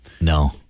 no